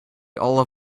all